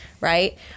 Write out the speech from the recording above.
Right